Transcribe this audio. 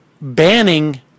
banning